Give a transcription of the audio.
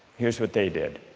here's what they did